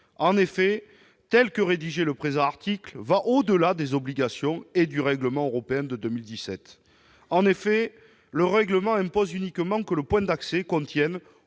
En effet, tel qu'il est rédigé, le présent article va au-delà des obligations et du règlement européen de 2017. Celui-ci impose uniquement que le point d'accès contienne